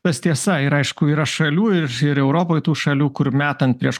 tas tiesa ir aišku yra šalių ir ir europoj tų šalių kur metant prieš